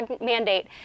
mandate